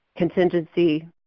contingency